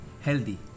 healthy